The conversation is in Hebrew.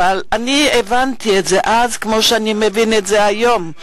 אבל הבנתי את זה אז כמו שאני מבין את זה היום.